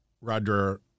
Roger